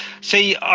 See